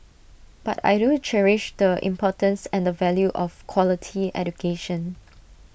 but I do cherish the importance and the value of quality education